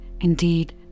indeed